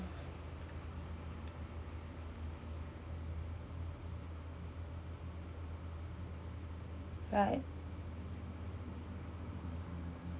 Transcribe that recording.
right